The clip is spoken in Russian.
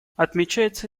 отмечается